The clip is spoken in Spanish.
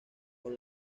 con